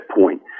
point